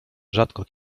rzadko